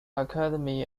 academy